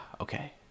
okay